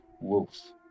wolf